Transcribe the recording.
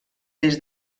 des